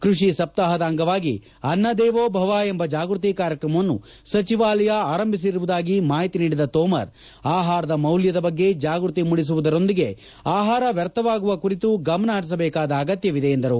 ಕೃಷಿ ಸಪ್ತಾಹದ ಅಂಗವಾಗಿ ಅನ್ನದೇವೋಭವ ಎಂಬ ಜಾಗೃತಿ ಕಾರ್ಯಕ್ರಮವನ್ನು ಸಚಿವಾಲಯ ಆರಂಭಿಸಿರುವುದಾಗಿ ಮಾಹಿತಿ ನೀಡಿದ ತೋಮರ್ ಆಹಾರದ ಮೌಲ್ಯದ ಬಗ್ಗೆ ಜಾಗೃತಿ ಮೂಡಿಸುವುದರೊಂದಿಗೆ ಆಹಾರ ವ್ವರ್ಥವಾಗುವ ಕುರಿತೂ ಗಮನ ಪರಿಸಬೇಕಾದ ಆಗತ್ತವಿದೆ ಎಂದರು